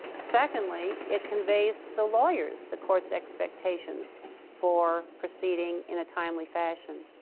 secondly, it conveys to the lawyers the court's expectations for proceeding in a timely fashion.